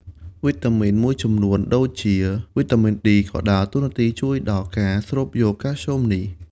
វីតាមីនមួយចំនួនដូចជា វីតាមីន D ក៏ដើរតួនាទីជួយដល់ការស្រូបយកកាល់ស្យូមនេះ។